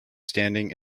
standing